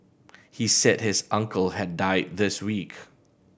he said his uncle had died this week